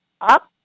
up